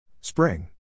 Spring